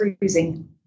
cruising